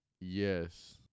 Yes